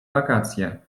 wakacje